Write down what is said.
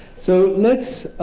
so let's